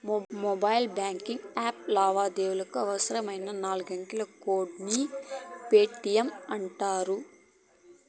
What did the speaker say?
mobile banking యాప్ల లావాదేవీలకి అవసరమైన నాలుగంకెల కోడ్ ని ఎమ్.పిన్ అంటాండారు